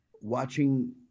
watching